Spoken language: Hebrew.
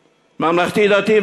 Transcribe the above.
ממלכתי-דתי,